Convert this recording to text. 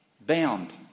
Bound